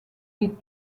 les